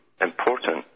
important